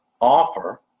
offer